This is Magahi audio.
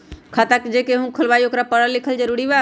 खाता जे केहु खुलवाई ओकरा परल लिखल जरूरी वा?